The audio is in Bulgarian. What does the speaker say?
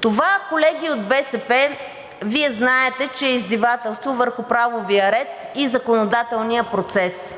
Това, колеги от БСП, Вие знаете, че е издевателство върху правовия ред и законодателния процес.